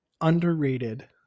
underrated